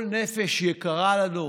כל נפש יקרה לנו,